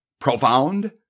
Profound